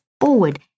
forward